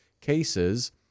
cases